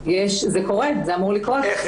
זה קורה, זה אמור לקרות.